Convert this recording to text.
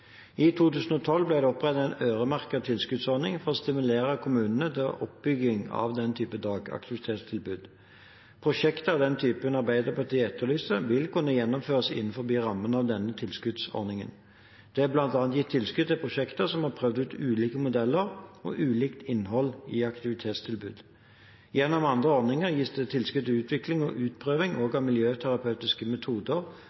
I 2012 ble det opprettet en øremerket tilskuddsordning for å stimulere kommunene til oppbygging av den typen dagaktivitetstilbud. Prosjekter av den typen Arbeiderpartiet etterlyser, vil kunne gjennomføres innenfor rammen av denne tilskuddsordningen. Det er bl.a. gitt tilskudd til prosjekter som har prøvd ut ulike modeller og ulikt innhold i aktivitetstilbudet. Gjennom andre ordninger gis det tilskudd til utvikling og utprøving